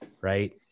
right